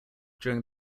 during